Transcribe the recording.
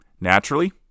Naturally